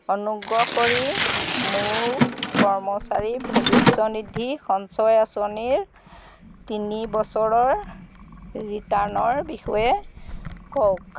অনুগ্ৰহ কৰি মোক কৰ্মচাৰী ভৱিষ্যতনিধি সঞ্চয় আঁচনিৰ তিনি বছৰৰ ৰিটাৰ্ণৰ বিষয়ে কওঁক